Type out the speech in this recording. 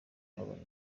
yabonye